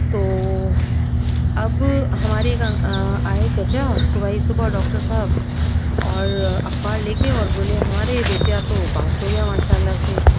تو اب ہمارے آئے چچا صبح ہی صبح ڈاکٹر صاحب اور اخبار لے کے اور بولے ہمارے بٹیا تو پاس ہو گیا ماشاء اللہ سے